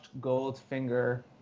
Goldfinger